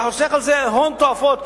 אתה חוסך בזה הון תועפות,